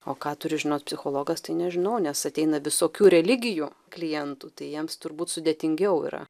o ką turi žinot psichologas tai nežinau nes ateina visokių religijų klientų tai jiems turbūt sudėtingiau yra